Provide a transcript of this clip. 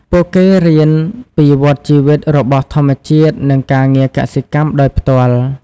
ពួកគេរៀនពីវដ្តជីវិតរបស់ធម្មជាតិ និងការងារកសិកម្មដោយផ្ទាល់។